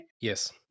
yes